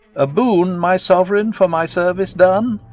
a boon, my sovereign, for my service done!